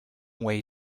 way